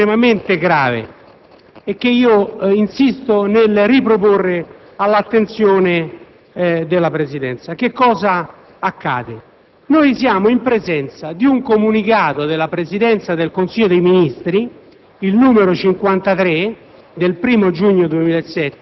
deleghe. Abbiamo richiamato l'attenzione su un fatto, credo, estremamente grave, che io insisto nel riproporre all'attenzione della Presidenza. Accade che siamo in presenza di un comunicato della Presidenza del Consiglio dei ministri,